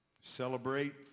celebrate